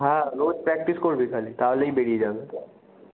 হ্যাঁ রোজ প্র্যাক্টিস করবি খালি তাহলেই বেরিয়ে যাবে